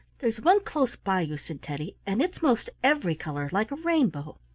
there's one close by you, said teddy, and it's most every color, like a rainbow.